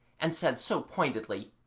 and said so pointedly,